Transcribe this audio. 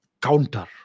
counter